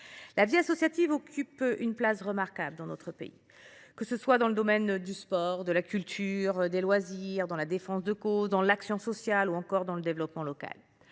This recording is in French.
La vie associative occupe une place remarquable dans notre pays, que ce soit dans le domaine du sport, de la culture, des loisirs, dans la défense de causes, dans l’action sociale ou encore dans le développement local.